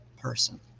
person